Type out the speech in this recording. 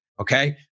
okay